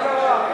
מה קרה?